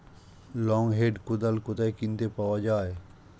Long hand কোদাল কোথায় কিনতে পাওয়া যায়?